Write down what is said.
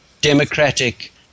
democratic